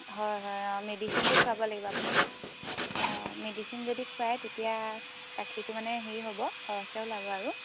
হয় হয় অঁ মেডিচিনটো খুৱাব লাগিব আপুনি অঁ মেডিচিন যদি খুৱায় তেতিয়া গাখীৰটো মানে হেৰি হ'ব সৰহকৈ ওলাব আৰু